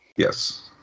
Yes